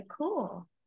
cool